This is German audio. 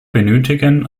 benötigen